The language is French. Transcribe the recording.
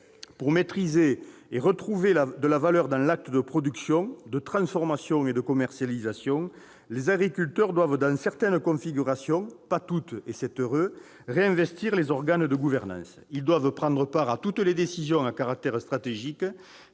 Pour maîtriser et retrouver de la valeur dans l'acte de production, de transformation et de commercialisation, les agriculteurs doivent dans certaines configurations- pas toutes, et c'est heureux -, réinvestir les organes de gouvernance. Ils doivent prendre part à toutes les décisions à caractère stratégique